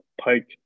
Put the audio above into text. Pike